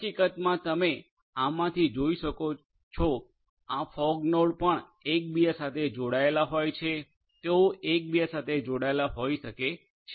હકીકતમાં તમે આમાંથી જોઈ શકો છો આ ફોગ નોડ પણ એકબીજા સાથે જોડાયેલા હોય છે તેઓ એકબીજા સાથે જોડાયેલા હોઈ શકે છે